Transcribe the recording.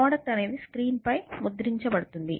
product screen పై ముద్రించబడుతుంది